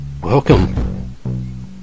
Welcome